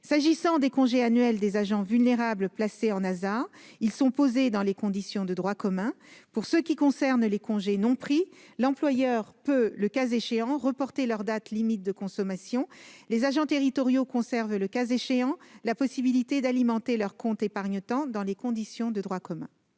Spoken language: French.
Enfin, les congés annuels des agents vulnérables placés en ASA sont posés dans les conditions de droit commun. Pour ce qui concerne les congés non pris, l'employeur peut, le cas échéant, reporter la date limite à laquelle ils peuvent être posés. Les agents territoriaux conservent en outre la possibilité d'alimenter leur compte épargne temps dans les conditions de droit commun.